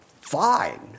fine